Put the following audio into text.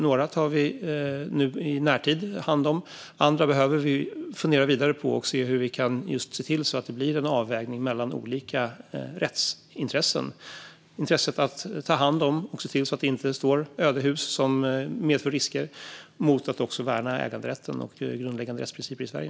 Några tar vi hand om i närtid, andra behöver vi fundera vidare på och se hur vi kan se till att det blir en avvägning mellan olika rättsintressen: intresset att ta hand om ödehus och ödehus som medför risker mot värnandet av äganderätten och grundläggande rättsprinciper i Sverige.